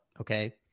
Okay